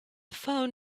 phone